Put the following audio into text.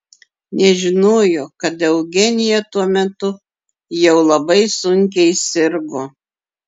nežinojo kad eugenija tuo metu jau labai sunkiai sirgo